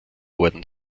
worden